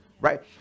right